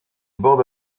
borde